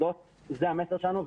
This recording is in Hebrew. זה המסר שלנו,